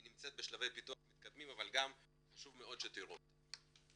היא נמצאת בשלבי פיתוח מתקדמים אבל גם חשוב מאוד שתראו אותה.